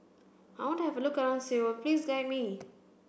I want to have a look around Seoul Please guide me